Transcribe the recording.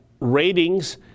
ratings